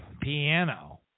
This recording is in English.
piano